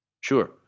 Sure